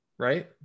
right